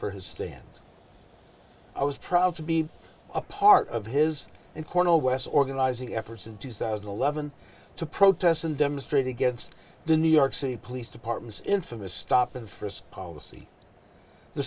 for his stand i was proud to be a part of his and cornel west organizing efforts in two thousand and eleven to protest and demonstrate against the new york city police department's infamous stop and frisk policy the